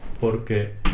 Porque